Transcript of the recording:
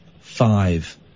five